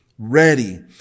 Ready